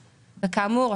וכאמור,